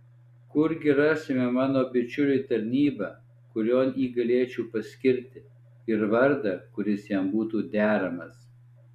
kurgi rasime mano bičiuliui tarnybą kurion jį galėčiau paskirti ir vardą kuris jam būtų deramas